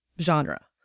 genre